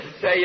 Say